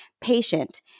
patient